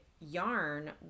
yarn